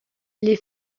les